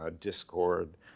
Discord